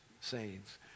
sayings